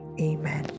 Amen